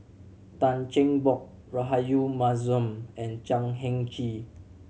Tan Cheng Bock Rahayu Mahzam and Chan Heng Chee